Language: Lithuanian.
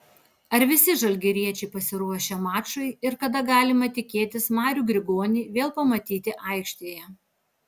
ar visi žalgiriečiai pasiruošę mačui ir kada galima tikėtis marių grigonį vėl pamatyti aikštėje